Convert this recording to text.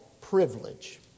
Privilege